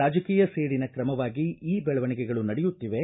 ರಾಜಕೀಯ ಸೇಡಿನ ಕ್ರಮವಾಗಿ ಈ ಬೆಳವಣಿಗೆಗಳು ನಡೆಯುತ್ತಿವೆ